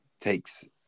Takes